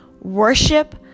worship